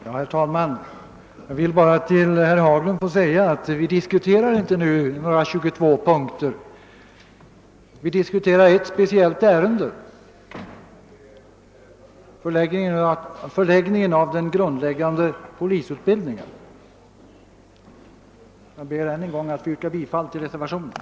Herr talman! Jag vill bara säga till herr Haglund att vi nu inte diskuterar några 22 punkter. Vi diskuterar ett speciellt ärende: förläggningen av den grundläggande polisutbildningen. Jag ber att ännu en gång få yrka bifall till reservationen.